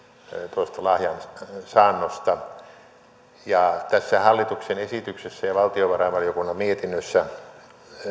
tuosta lahjan saannosta tässä hallituksen esityksessä ja valtiovarainvaliokunnan mietinnössä